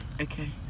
okay